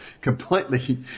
completely